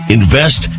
invest